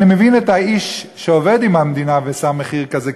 אני מבין את האיש שעובד עם המדינה ושם מחיר כזה,